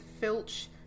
Filch